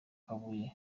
kabuye